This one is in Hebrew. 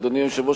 אדוני היושב-ראש,